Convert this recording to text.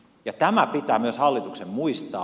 ja tämä pitää myös hallituksen muistaa